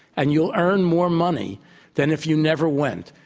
and you'll earn more money than if you never went.